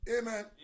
Amen